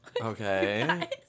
Okay